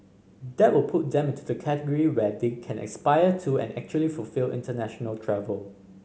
that will put them into the category where they can aspire to and actually fulfil international travel